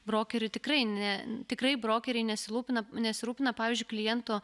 brokeriui tikrai ne tikrai brokeriai nesirūpina nesirūpina pavyzdžiui kliento